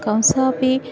कंसोपि